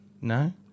No